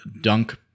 dunk